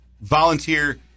volunteer